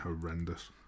horrendous